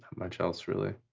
much else really.